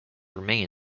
remain